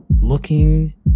looking